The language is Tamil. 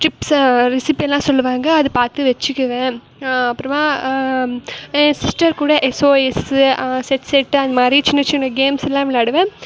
டிப்ஸ்ஸு ரெசிப்பிலாம் சொல்லுவாங்கள் அது பார்த்து வச்சிக்குவேன் அப்புறமா ஏன் சிஸ்டர் கூட எஸ்ஒஎஸ்ஸு செட் செட் அந்தமாதிரி சின்ன சின்ன கேம்ஸ்ஸுலாம் விளாயாடுவேன்